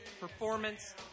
performance